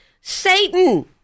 Satan